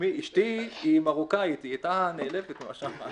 אשתי היא מרוקאית, היא הייתה נעלבת ממה שאמרת.